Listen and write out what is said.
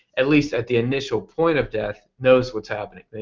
at least at the initial point of death, knows what is happening.